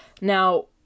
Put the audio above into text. Now